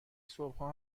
صبحها